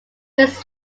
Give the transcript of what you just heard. winds